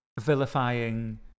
vilifying